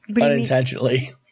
Unintentionally